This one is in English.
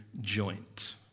joint